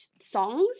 songs